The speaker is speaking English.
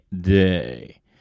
Day